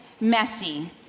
messy